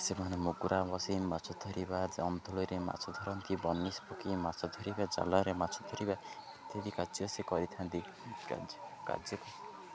ସେମାନେ ମଗୁରା ବସେଇ ମାଛ ଧରିବା ଜମନ୍ତୁଳିରେ ମାଛ ଧରନ୍ତି ବନିସ ପକେଇ ମାଛ ଧରିବା ଜାଲାରେ ମାଛ ଧରିବା ଇତ୍ୟାଦି କାର୍ଯ୍ୟ ସେ କରିଥାନ୍ତି କାର୍ଯ୍ୟ